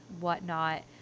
whatnot